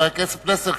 חבר הכנסת פלסנר,